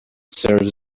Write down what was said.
serves